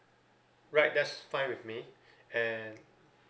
right that's fine with me and